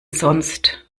sonst